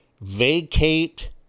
vacate